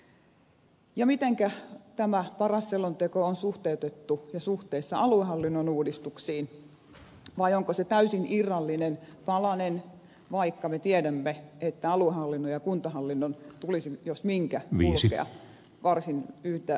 ja mitenkä tämä paras selonteko on suhteutettu ja suhteessa aluehallinnon uudistuksiin vai onko se täysin irrallinen palanen vaikka me tiedämme että aluehallinnon ja kuntahallinnon tulisi jos minkä kulkea varsin yhtä rintamaa